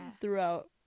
throughout